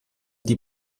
die